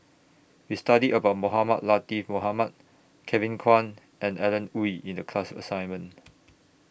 We studied about Mohamed Latiff Mohamed Kevin Kwan and Alan Oei in The class assignment